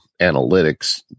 analytics